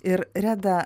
ir reda